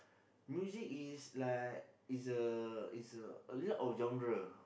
music is like is a is a a little of genre